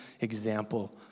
example